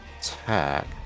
attack